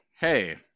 hey